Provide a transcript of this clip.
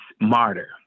martyr